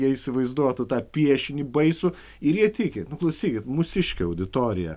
jie įsivaizduotų tą piešinį baisų ir jie tiki nu klausykit mūsiškė auditorija